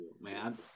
man